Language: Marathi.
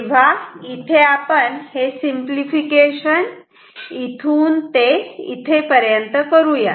तेव्हा इथे आपण हे सिंपलिफिकेशन इथून ते इथे पर्यंत करूया